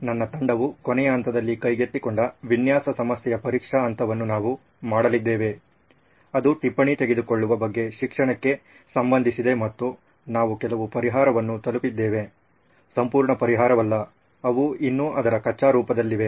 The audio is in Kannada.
ನನ್ನ ತಂಡವು ಕೊನೆಯ ಹಂತದಲ್ಲಿ ಕೈಗೆತ್ತಿಕೊಂಡ ವಿನ್ಯಾಸ ಸಮಸ್ಯೆಯ ಪರೀಕ್ಷಾ ಹಂತವನ್ನು ನಾವು ಮಾಡಲಿದ್ದೇವೆ ಅದು ಟಿಪ್ಪಣಿ ತೆಗೆದುಕೊಳ್ಳುವ ಬಗ್ಗೆ ಶಿಕ್ಷಣಕ್ಕೆ ಸಂಬಂಧಿಸಿದೆ ಮತ್ತು ನಾವು ಕೆಲವು ಪರಿಹಾರವನ್ನು ತಲುಪಿದ್ದೇವೆ ಸಂಪೂರ್ಣ ಪರಿಹಾರವಲ್ಲ ಅವು ಇನ್ನೂ ಅದರ ಕಚ್ಚಾ ರೂಪದಲ್ಲಿವೆ